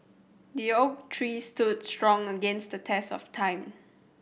the oak tree stood strong against the test of time